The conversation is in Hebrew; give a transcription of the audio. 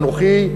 ואנוכי,